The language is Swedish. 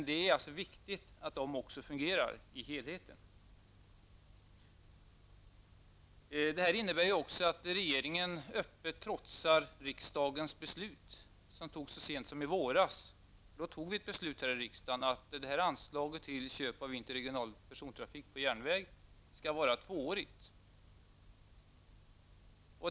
Det är alltså viktigt att också de bankdelarna fungerar. Förslaget innebär vidare att regeringen öppet trotsar riksdagens beslut som fattades så sent som i våras. Då fattade vi ett beslut här att anslaget till köp av interregional persontrafik på järnvägen skall vara tvåårigt.